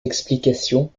explications